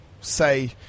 say